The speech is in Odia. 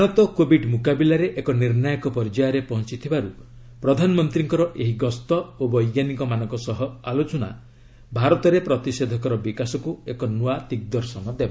ଭାରତ କୋବିଡ୍ ମୁକାବିଲାରେ ଏକ ନିର୍ଣ୍ଣାୟକ ପର୍ଯ୍ୟାୟରେ ପହଞ୍ଚିଥିବାରୁ ପ୍ରଧାନମନ୍ତ୍ରୀଙ୍କର ଏହି ଗସ୍ତ ଓ ବୈଜ୍ଞାନିକମାନଙ୍କ ସହ ଆଲୋଚନା ଭାରତରେ ପ୍ରତିଷେଧକର ବିକାଶକୁ ଏକ ନୂଆ ଦିଗ୍ଦର୍ଶନ ଦେବ